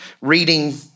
reading